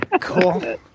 Cool